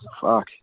Fuck